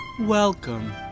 Welcome